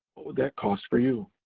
what would that cost for you?